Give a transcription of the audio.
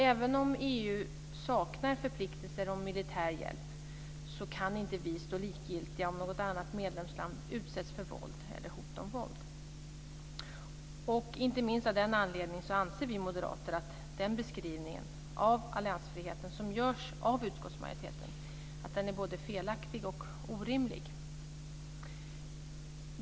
Även om EU saknar förpliktelser om militär hjälp kan inte vi stå likgiltiga om något annat medlemsland utsätts för våld eller hot om våld. Inte minst av den anledningen anser vi moderater att den beskrivning av alliansfriheten som görs av utskottsmajoriteten är både felaktig och orimlig.